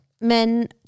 men